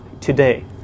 today